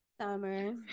Summer